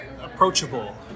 approachable